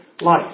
life